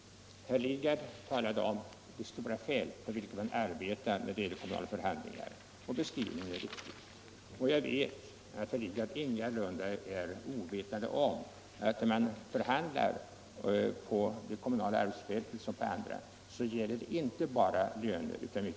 Herr Lidgard talade om det stora fält på vilket man arbetar vid kommunala förhandlingar, och hans beskrivning är riktig. Jag vet att herr Lidgard ingalunda är okunnig om att kommunala förhandlingar liksom andra förhandlingar inte bara gäller löner.